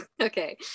Okay